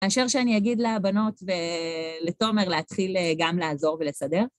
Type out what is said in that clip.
מאשר שאני אגיד לבנות ולתומר להתחיל גם לעזור ולסדר.